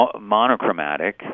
monochromatic